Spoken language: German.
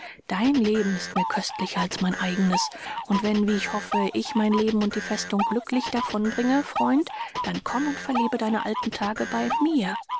dein leben ist mir köstlicher als mein eigenes und wenn wie ich hoffe ich mein leben und die festung glücklich davon bringe freund dann komm und verlebe deine alten tage bei mir